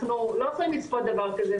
אנחנו לא יכולים לצפות דבר כזה,